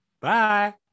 Bye